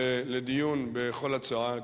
לדיון בכל הצעה.